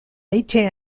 été